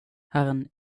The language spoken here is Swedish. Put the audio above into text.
herrn